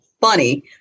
funny